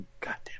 goddamn